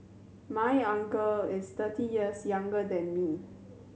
my uncle is thirty years younger than me